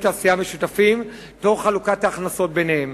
תעשייה משותפות תוך חלוקת ההכנסות ביניהן.